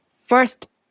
first